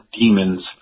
demon's